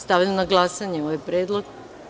Stavljam na glasanje ovaj predlog.